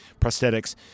prosthetics